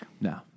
No